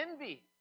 envy